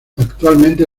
actualmente